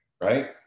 right